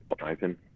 open